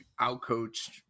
outcoached